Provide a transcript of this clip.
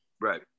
Right